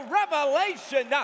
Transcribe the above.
revelation